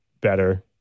better